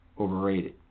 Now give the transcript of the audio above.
overrated